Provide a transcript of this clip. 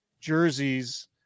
jerseys